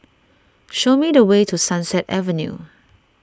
show me the way to Sunset Avenue